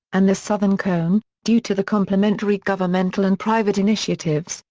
and the southern cone, due to the complementary governmental and private initiatives,